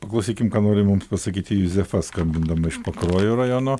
paklausykim ką nori mums pasakyti juzefa skambindama iš pakruojo rajono